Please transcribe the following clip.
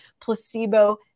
placebo